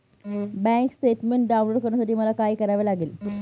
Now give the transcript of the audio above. Bank statement download करण्यासाठी मला काय करावे लागेल?